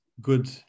good